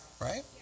Right